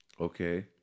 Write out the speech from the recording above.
Okay